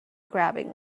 grabbing